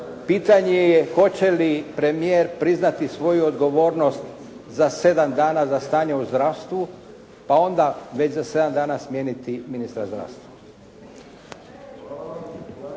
pitanje je hoće li premijer priznati svoju odgovornost za 7 dana za stanje u zdravstvu, pa onda već za 7 dana smijeniti ministra zdravstva.